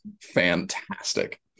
fantastic